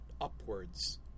upwards